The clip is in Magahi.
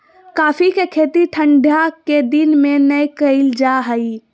कॉफ़ी के खेती ठंढा के दिन में नै कइल जा हइ